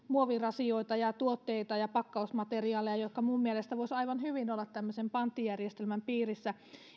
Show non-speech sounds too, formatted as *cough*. *unintelligible* muovirasioita ja tuotteita ja pakkausmateriaaleja jotka minun mielestäni voisivat aivan hyvin olla tämmöisen panttijärjestelmän piirissä